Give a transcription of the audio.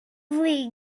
flin